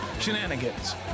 Shenanigans